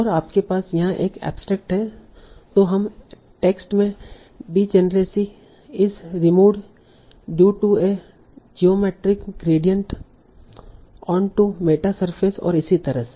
और आपके पास यहाँ एक ऐब्स्ट्रेक्ट है तों हम टेक्स्ट में degeneracy is removed due to a geometric gradient onto a meta surface और इसी तरह से